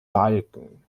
balken